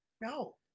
no